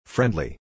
Friendly